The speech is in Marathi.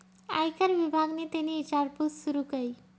आयकर विभागनि तेनी ईचारपूस सूरू कई